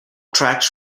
tracks